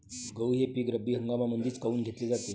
गहू हे पिक रब्बी हंगामामंदीच काऊन घेतले जाते?